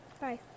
Bye